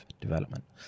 development